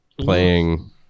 playing